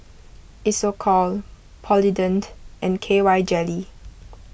Isocal Polident and K Y jelly